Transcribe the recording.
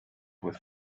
with